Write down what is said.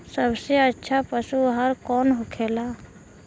सबसे अच्छा पशु आहार कौन होखेला?